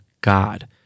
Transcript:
God